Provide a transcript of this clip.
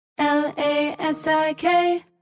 L-A-S-I-K